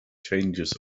changes